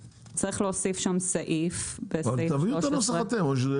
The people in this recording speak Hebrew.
צריך להוסיף שם סעיף בסעיף 13. תביאו את הנוסח אתם או שיש בעיה עם זה?